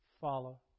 follow